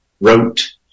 wrote